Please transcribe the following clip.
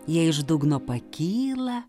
jie iš dugno pakyla